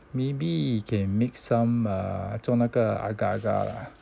maybe you can make some err 做那个 agar agar